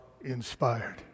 inspired